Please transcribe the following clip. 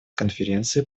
конференции